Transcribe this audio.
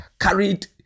carried